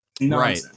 Right